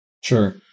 Sure